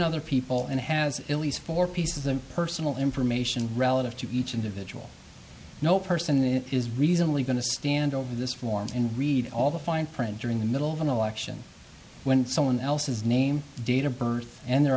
other people and has at least four pieces of personal information relative to each individual no person it is reasonably going to stand over this form and read all the fine print during the middle of an election when someone else's name date of birth and their